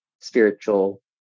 spiritual